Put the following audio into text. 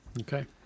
Okay